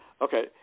Okay